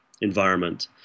environment